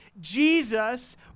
Jesus